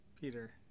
Peter